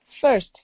first